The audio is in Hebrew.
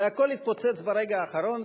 והכול התפוצץ ברגע האחרון,